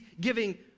giving